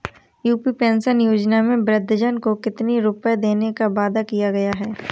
UP pension योजना में वृद्धजन को कितनी रूपये देने का वादा किया गया है?